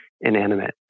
inanimate